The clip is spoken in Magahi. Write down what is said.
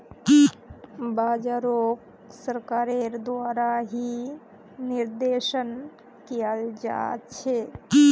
बाजारोक सरकारेर द्वारा ही निर्देशन कियाल जा छे